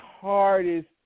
hardest